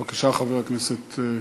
בבקשה, חבר הכנסת,